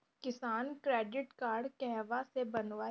किसान credit card कहवा से बनवाई?